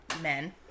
men